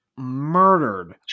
murdered